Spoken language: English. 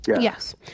yes